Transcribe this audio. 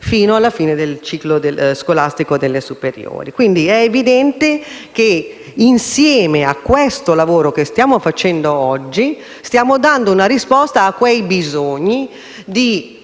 fino alla fine del ciclo scolastico delle scuole medie superiori. È, quindi, evidente che, insieme al lavoro che stiamo facendo oggi, stiamo dando una risposta a quei bisogni di